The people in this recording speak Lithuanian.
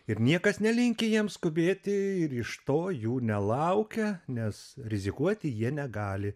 ir niekas nelinki jiem skubėti ir iš to jų nelaukia nes rizikuoti jie negali